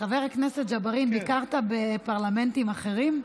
חבר הכנסת ג'בארין, ביקרת בפרלמנטרים אחרים?